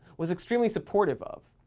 was extremely supportive of.